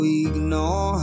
ignore